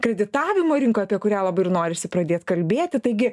kreditavimo rinkoje apie kurią labai ir norisi pradėt kalbėti taigi